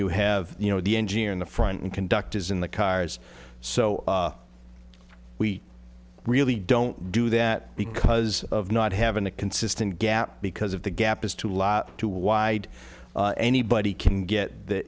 you have you know the engineer in the front and conduct is in the cars so we really don't do that because of not having a consistent gap because if the gap is too lot too wide anybody can get that